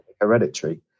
hereditary